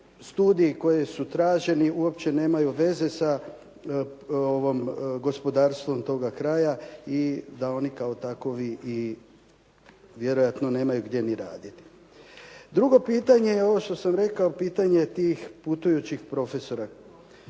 studiji koji su traženi uopće nemaju veze sa gospodarstvom toga kraja i da oni kao takovi vjerojatno nemaju gdje ni raditi. Drugo pitanje je ovo što sam rekao pitanje tih putujućih profesora.